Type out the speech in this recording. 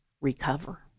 recover